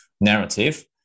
narrative